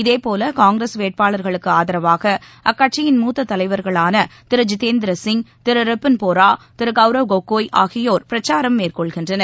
இதே போல காங்கிரஸ் வேட்பாளர்களுக்கு ஆதரவாக அக்கட்சியின் மூத்த தலைவர்களான திரு ஜிதேந்திர சிங் திரு ரிபுன் போரா திரு கவ்ரவ் கோகோய் ஆகியோர் பிரச்சாரம் மேற்கொள்கின்றனர்